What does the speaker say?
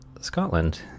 Scotland